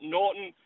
Norton